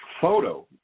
photo